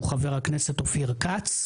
הוא חבר הכנסת אופיר כץ.